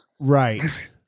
right